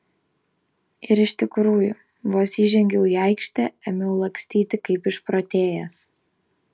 ir iš tikrųjų vos įžengiau į aikštę ėmiau lakstyti kaip išprotėjęs